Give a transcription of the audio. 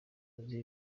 nzi